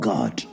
God